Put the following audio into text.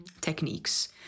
techniques